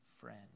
friend